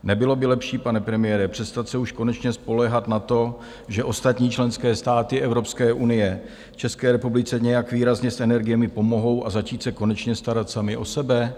Nebylo by lepší, pane premiére, přestat se už konečně spoléhat na to, že ostatní členské státy Evropské unie České republice nějak výrazně s energiemi pomohou, a začít se konečně starat sami o sebe?